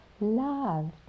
love